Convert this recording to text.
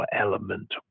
element